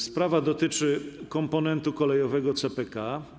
Sprawa dotyczy komponentu kolejowego CPK.